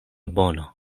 bono